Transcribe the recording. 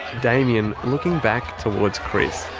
damien, looking back towards chris,